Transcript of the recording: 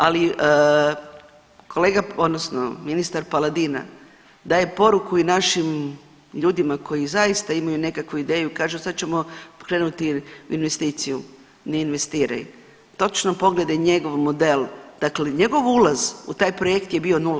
Ali kolega odnosno ministar Paladina daje poruku i našim ljudima koji zaista imaju nekakvu ideju, kažu sad ćemo krenuti u investiciju, ne investiraj, točno pogledaj njegov model, dakle njegov ulaz u taj projekt je bio nula.